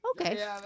Okay